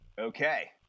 Okay